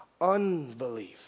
unbelief